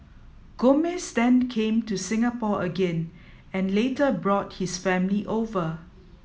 Gomez then came to Singapore again and later brought his family over